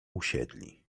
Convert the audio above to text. usiedli